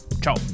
Ciao